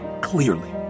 clearly